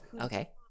Okay